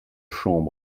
chambre